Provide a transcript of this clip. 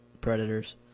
predators